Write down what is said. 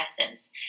essence